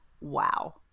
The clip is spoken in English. Wow